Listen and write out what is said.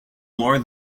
more